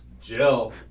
Jill